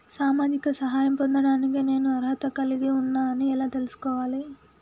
సామాజిక సహాయం పొందడానికి నేను అర్హత కలిగి ఉన్న అని ఎలా తెలుసుకోవాలి?